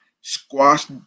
squash